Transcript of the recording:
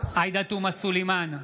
עאידה תומא סלימאן,